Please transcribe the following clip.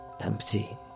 empty